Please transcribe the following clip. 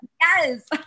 Yes